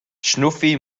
schnuffi